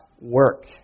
work